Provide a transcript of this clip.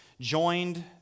joined